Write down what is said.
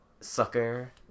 sucker